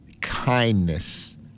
kindness